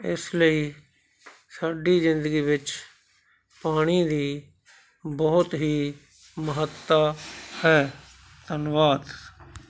ਇਸ ਲਈ ਸਾਡੀ ਜ਼ਿੰਦਗੀ ਵਿੱਚ ਪਾਣੀ ਦੀ ਬਹੁਤ ਹੀ ਮਹੱਤਤਾ ਹੈ ਧੰਨਵਾਦ